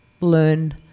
learn